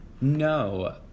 no